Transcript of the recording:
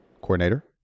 coordinator